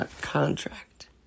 contract